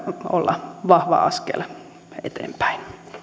olla vahva askel eteenpäin